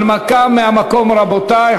הנמקה מהמקום, רבותי.